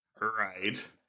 Right